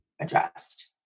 addressed